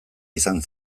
izan